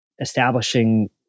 establishing